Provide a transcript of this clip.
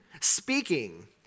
speaking